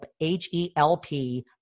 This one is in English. H-E-L-P